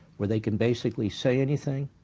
where they can basically say anything,